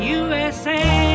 usa